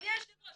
אדוני היושב ראש,